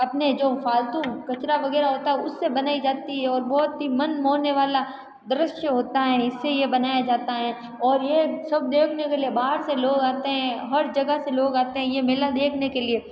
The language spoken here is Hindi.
अपने जो फ़ालतू कचरा वगैरह होता है उससे बनाई जाती है और बहुत ही मन मोहने वाला दृश्य होता है इससे ये बनाया जाता है और ये सब देखने के लिए बाहर से लोग आते हैं हर जगह से लोग आते हैं ये मेला देखने के लिए